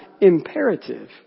imperative